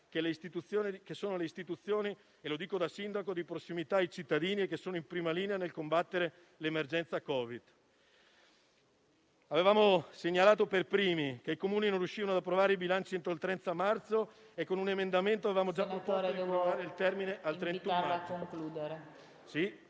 - sono le istituzioni di prossimità ai cittadini e che sono in prima linea nel combattere l'emergenza Covid. Avevamo segnalato per primi che i Comuni non riuscivano ad approvare i bilanci entro il 30 marzo e con un emendamento avevamo già proposto di prorogare il termine al 31 marzo.